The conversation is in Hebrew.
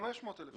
ב-500 אלף שקל.